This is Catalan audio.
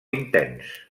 intens